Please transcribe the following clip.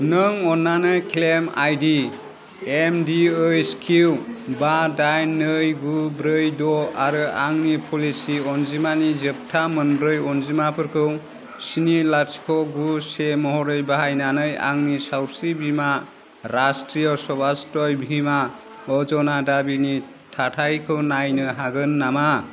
नों अन्नानै claim ID एमडिओइसकिउ बा दाइन नै गु ब्रै द' आरो आंनि पलिसि अनजिमानि जोबथा मोनब्रै अनजिमाफोरखौ स्नि लाथिख' गु से महरै बाहायनानै आंनि सावस्रि बीमा राष्ट्रिय सभाष्ट्रय बीमा अजना दाबिनि थाथायखौ नायनो हागोन नामा